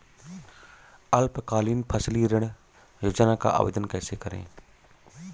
अल्पकालीन फसली ऋण योजना का आवेदन कैसे करें?